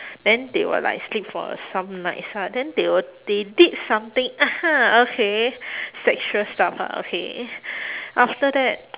then they were like sleep for some nights lah then they w~ they did something ah ha okay sexual stuff lah okay after that